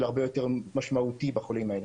להיות משמעותית מבחינת חשיפתו והתפתחות תופעה בריאותית,